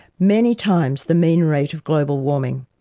many times the mean rate of global warming.